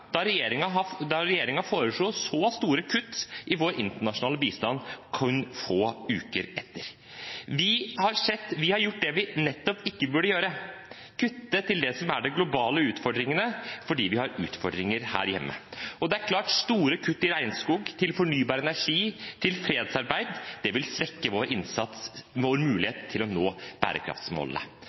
da regjeringen foreslo så store kutt i vår internasjonale bistand kun få uker etter. Vi har gjort det vi nettopp ikke burde gjøre: kutte til det som er de globale utfordringene fordi vi har utfordringer her hjemme. Det er klart at store kutt til regnskog, til fornybar energi og til fredsarbeid vil svekke vår innsats og vår mulighet til å nå bærekraftsmålene.